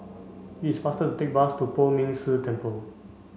it is faster to take the bus to Poh Ming Tse Temple